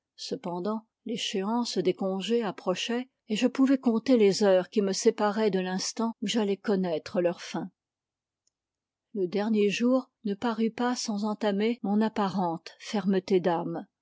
cependant l'échéance des congés approchait et je pouvais compter les heures qui me séparaient de l'instant où j'allais connattre leur fin le dernier jour ne parut pas sans entamer mon apparente fermeté d'àme